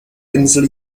insel